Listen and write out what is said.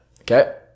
Okay